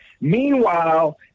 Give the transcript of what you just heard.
Meanwhile